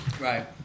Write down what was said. Right